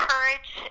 courage